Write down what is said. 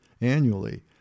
annually